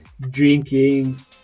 drinking